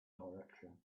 direction